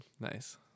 nice